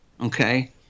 Okay